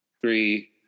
three